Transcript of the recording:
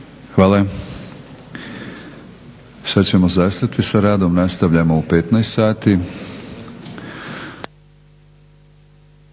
Hvala. Sada ćemo zastati sa radom. Nastavljamo u 15,00 sati.